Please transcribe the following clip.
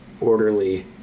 orderly